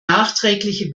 nachträgliche